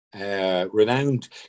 renowned